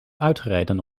uitgereden